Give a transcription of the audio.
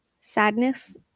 sadness